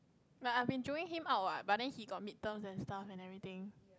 like I have been join him out what but then he got midterms and stuff and everything